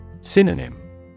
Synonym